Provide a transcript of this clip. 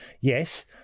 yes